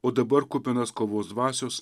o dabar kupinas kovos dvasios